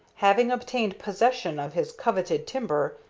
having obtained possession of his coveted timber,